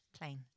Plane